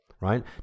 right